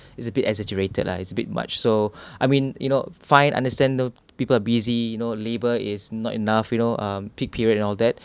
it's a bit exaggerated lah is a bit much so I mean you know fine I understand you know people are busy you know labor is not enough you know um peak period and all that